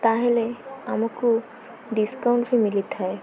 ତାହେଲେ ଆମକୁ ଡିସ୍କାଉଣ୍ଟ ବି ମିଳିଥାଏ